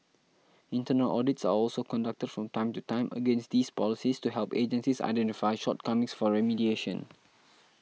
internal audits are also conducted from time to time against these policies to help agencies identify shortcomings for remediation